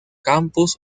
campus